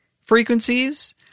frequencies